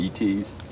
ETs